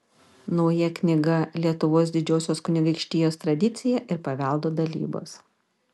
nauja knyga lietuvos didžiosios kunigaikštijos tradicija ir paveldo dalybos